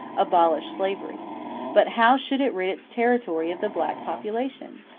abolish slavery but how should it rid its territory of the black population?